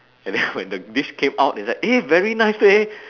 and then when the dish came out is like eh very nice leh